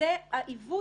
וזה העיוות